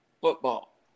football